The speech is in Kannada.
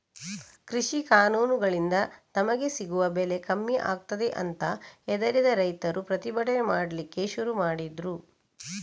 ಕೃಷಿ ಕಾನೂನುಗಳಿಂದ ತಮಗೆ ಸಿಗುವ ಬೆಲೆ ಕಮ್ಮಿ ಆಗ್ತದೆ ಅಂತ ಹೆದರಿದ ರೈತರು ಪ್ರತಿಭಟನೆ ಮಾಡ್ಲಿಕ್ಕೆ ಶುರು ಮಾಡಿದ್ರು